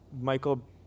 michael